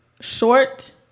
short